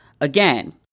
again